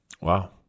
Wow